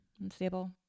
Unstable